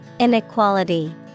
Inequality